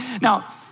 Now